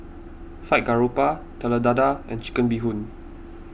Fried Garoupa Telur Dadah and Chicken Bee Hoon